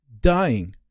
dying